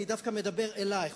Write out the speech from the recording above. אני דווקא מדבר אלייך,